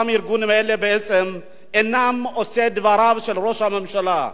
הארגונים האלה בעצם אינם עושי דבריו של ראש הממשלה.